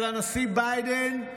של הנשיא ביידן: